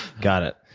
got it,